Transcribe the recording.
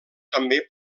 també